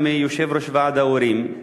וגם מיושב-ראש ועד ההורים,